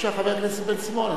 חבר הכנסת דניאל בן-סימון.